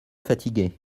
fatigué